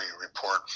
report